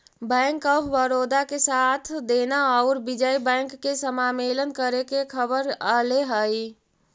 bank of Baroda के साथ देना औउर विजय बैंक के समामेलन करे के खबर अले हई